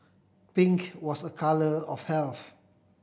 pink was a colour of health